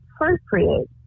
appropriate